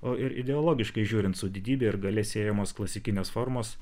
o ir ideologiškai žiūrint su didybe ir galia siejamos klasikinės formos